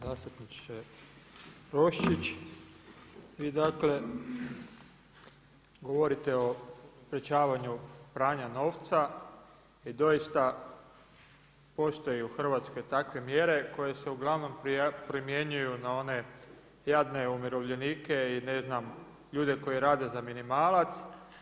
Zastupnice Roščić, vi dakle govorite o sprečavanju pranja novca i doista postoje u Hrvatskoj takve mjere koje se uglavnom primjenjuju na one jadne umirovljenike i ne znam, ljude koji rade za minimalac.